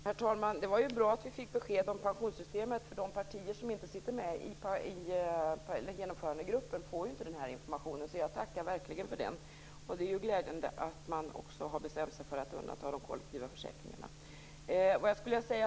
Herr talman! Det var bra att vi fick besked om pensionssystemet. De partier som inte sitter med i genomförandegruppen får inte den informationen. Jag tackar verkligen för den. Det är glädjande att man har bestämt sig för att undanta de kollektiva försäkringarna.